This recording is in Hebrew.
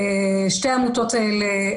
שתי העמותות האלה,